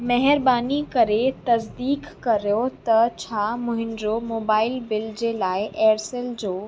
महिरबानी करे तज़दीक कयो त छा मुंहिंजो मोबाइल बिल जे लाइ एयरसैल जो